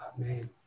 Amen